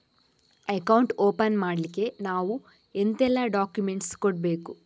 Account open ಮಾಡ್ಲಿಕ್ಕೆ ನಾವು ಎಂತೆಲ್ಲ ಡಾಕ್ಯುಮೆಂಟ್ಸ್ ಕೊಡ್ಬೇಕು?